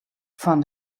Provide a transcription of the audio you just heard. fan